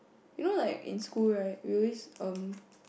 you know like in school right we always um